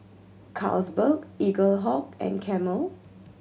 Carlsberg Eaglehawk and Camel